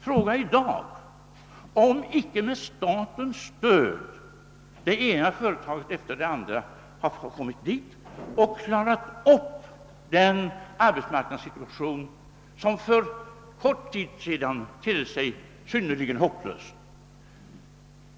Fråga i dag, om det icke varit med statens stöd som det ena företaget efter det andra har kommit dit och klarat upp den arbetsmarknadssituation som för kort tid sedan tedde sig synnerligen hopplös.